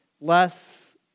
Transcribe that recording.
less